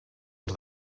als